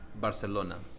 Barcelona